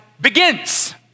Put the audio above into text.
begins